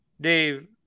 Dave